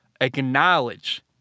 acknowledge